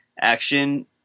action